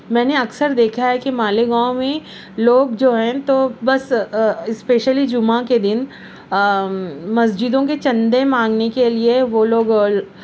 میں نے اکثر دیکھا ہے کہ مالیگاؤں میں لوگ جو ہیں تو بس اسپیشلی جمعہ کے دن مسجدوں کے چندے مانگنے کے لیے وہ لوگ